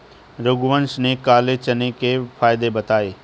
रघुवंश ने काले चने के फ़ायदे बताएँ